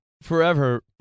Forever